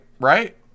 Right